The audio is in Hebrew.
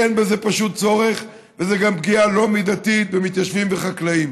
כי אין בזה פשוט צורך וזו גם פגיעה לא מידתית במתיישבים וחקלאים,